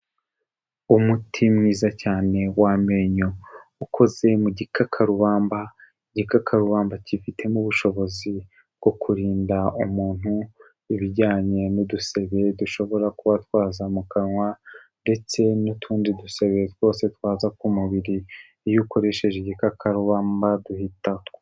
Umuti mwiza cyane w'amenyo ukoze mu gikakarubamba, igikakarubamba kifitemo ubushobozi bwo kurinda umuntu ibijyanye n'udusebe dushobora kuba twaza mu kanwa ndetse n'utundi dusebe twose twaza ku mubiri, iyo ukoresheje igikakarubamba duhitaho.